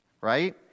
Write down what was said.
Right